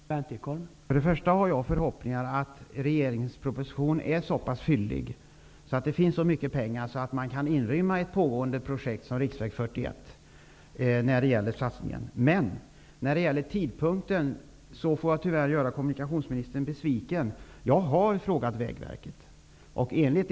Herr talman! Först och främst: Jag har förhoppningen att regeringens proposition är så pass fyllig, dvs. att det finns så mycket pengar, att det går att inrymma ett pågående projekt av typen riksväg 41 i den här satsningen. När det gäller tidpunkten måste jag, tyvärr, göra kommunikationsministern besviken. Jag har nämligen frågat Vägverket om det här.